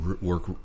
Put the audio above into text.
work